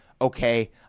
okay